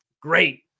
Great